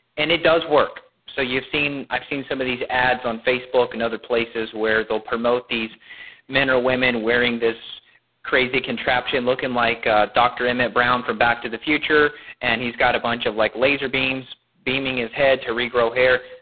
and it does work. so you've seen i've seen some of these ads on facebook and other places where they'll promote these men or women wearing this crazy contraption looking like dr. emmett brown from back to the future and he's got a bunch of like laser beams beaming his head to regrow hair.